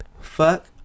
Fuck